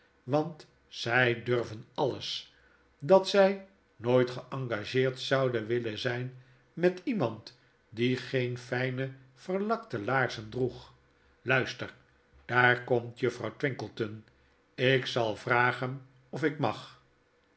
want zy durven alles dat zy nooit geengageerd zouden willen zyn met iemand die geen fijne verlakte laarzen droeg luisterldaar komt juf frouw twinkleton ik zal vragen of ik mag